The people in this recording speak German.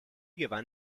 gewann